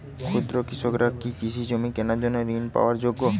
ক্ষুদ্র কৃষকরা কি কৃষিজমি কেনার জন্য ঋণ পাওয়ার যোগ্য?